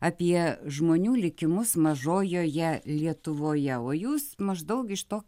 apie žmonių likimus mažojoje lietuvoje o jūs maždaug iš to